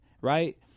right